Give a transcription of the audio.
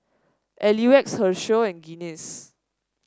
L U X Herschel and Guinness